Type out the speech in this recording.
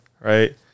right